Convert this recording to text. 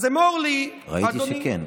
אז אמור לי, אדוני, ראיתי שכן.